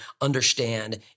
understand